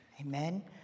Amen